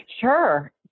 Sure